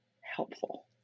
helpful